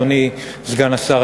אדוני סגן השר,